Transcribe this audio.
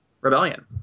rebellion